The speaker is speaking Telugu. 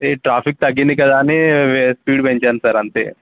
ఈ ట్రాఫిక్ తగ్గింది కదా అని స్పీడ్ పెంచాను సార్ అంతే